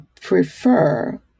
prefer